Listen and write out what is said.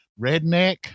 redneck